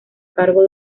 cargo